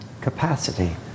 capacity